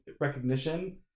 recognition